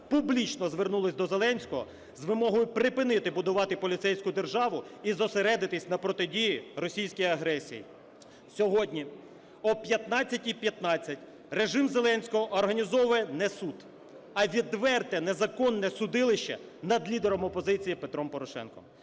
публічно звернулися до Зеленського з вимогою припинити будувати поліцейську державу і зосередитися на протидії російській агресії. Сьогодні о 15:15 режим Зеленського організовує не суд, а відверте незаконне судилище над лідером опозиції Петром Порошенком.